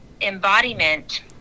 embodiment